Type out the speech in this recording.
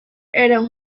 eran